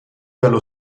allo